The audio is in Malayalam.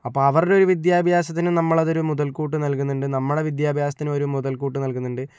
അപ്പൊ അവര്ടെ ഒരു വിദ്യാഭ്യാസത്തിനും നമ്മളതൊരു മുതല്ക്കൂട്ട് നല്കുന്നുണ്ട് നമ്മളെ വിദ്യാഭ്യാസത്തിനും ഒരു മുതല്ക്കൂട്ട് നല്കുന്നുണ്ട്